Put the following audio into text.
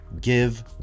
Give